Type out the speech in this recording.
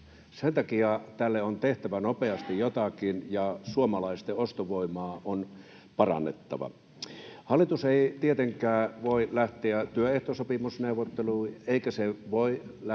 Sen takia tälle on tehtävä nopeasti jotakin ja suomalaisten ostovoimaa on parannettava. Hallitus ei tietenkään voi lähteä työehtosopimusneuvotteluihin, eikä se voi lähteä